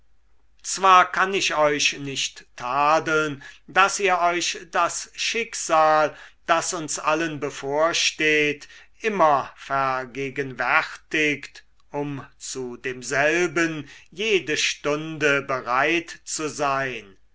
zwar kann ich euch nicht tadeln daß ihr euch das schicksal das uns allen bevorsteht immer vergegenwärtigt um zu demselben jede stunde bereit zu sein